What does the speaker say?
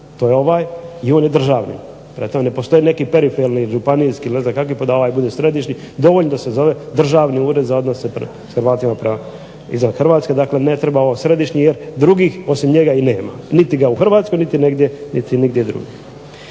To je ovaj i on je državni. Prema tome, ne postoji neki periferni ili županijski ili ne znam kakvi pa da ovaj bude središnji. Dovoljno je da se zove državni ured za odnose prema Hrvatima izvan Hrvatske. Dakle ne treba ovo središnji, jer drugih osim njega niti nema niti u Hrvatskoj niti nigdje drugdje.